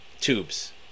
tubes